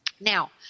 Now